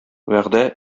вәгъдә